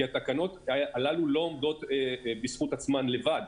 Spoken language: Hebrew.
התקנות הללו לא עומדות בזכות עצמן לבד.